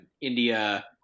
India